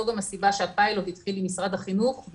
זאת הסיבה שהפיילוט התחיל עם משרד החינוך,